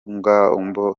ngomba